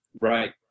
Right